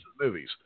Movies